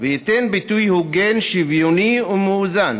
וייתן ביטוי הוגן, שוויוני ומאוזן